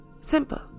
Simple